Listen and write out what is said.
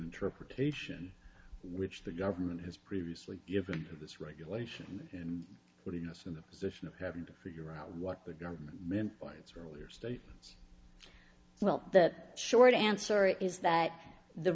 interpretation which the government has previously given to this regulation and putting us in the position of having to figure out what the government meant points earlier statements well the short answer is that the